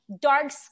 dark